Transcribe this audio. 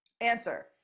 answer